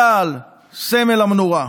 צה"ל, סמל המנורה,